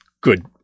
good